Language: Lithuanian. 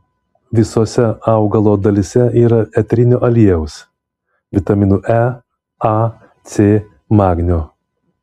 visose augalo dalyse yra eterinio aliejaus vitaminų e a c magnio